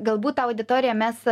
galbūt tą auditoriją mes